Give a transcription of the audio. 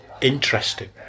interesting